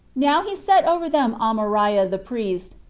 now he set over them amariah the priest,